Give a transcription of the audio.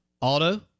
Auto